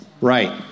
Right